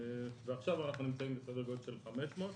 ועכשיו אנחנו נמצאים בסדר גודל של 500,